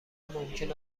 ممکن